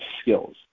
skills